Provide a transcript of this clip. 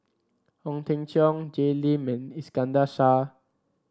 Ong Teng Cheong Jay Lim and Iskandar Shah